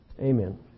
amen